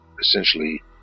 essentially